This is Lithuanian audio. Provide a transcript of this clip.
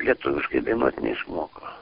lietuviškai dainuot neišmoko